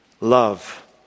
love